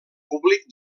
públic